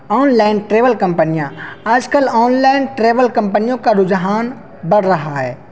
on line travel کمپنیاں آج کل آن لائن ٹریول کمپنیوں کا رجحان بڑھ رہا ہے